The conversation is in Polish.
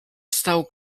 stał